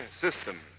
System